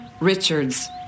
Richards